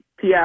PI